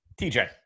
TJ